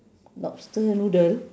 lobster noodle